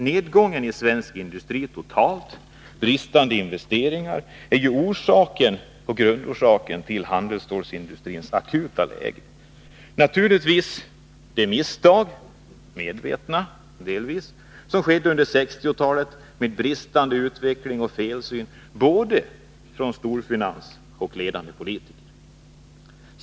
Nedgången i svensk industri totalt och bristande investeringar är ju grundorsakerna till handelsstålsindustrins akuta läge. Naturligtvis har misstag — delvis medvetna, med bristande utveckling och felsyn— begåtts under 1960-talet, både av storfinans och av ledande politiker.